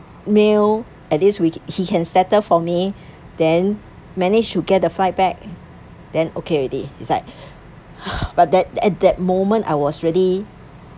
meal at this week he can settle for me then managed to get the flight back then okay already it's like but that at that moment I was already